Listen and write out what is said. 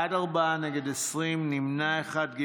בעד, ארבעה, נגד, 20, נמנע אחד.